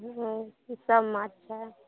ओ ई सभ माछ छै